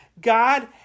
God